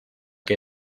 que